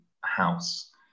house